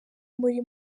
muri